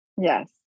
Yes